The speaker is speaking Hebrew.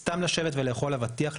סתם לשבת ולאכול אבטיח,